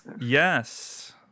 Yes